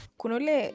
kunole